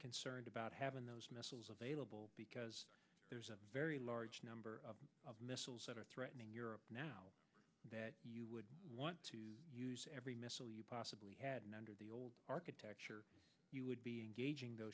concerned about having those missiles available because there's a very large number of missiles that are threatening europe now that you would want to use every missile you possibly had an under the old architecture you would be engaging tho